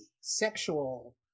sexual